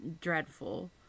dreadful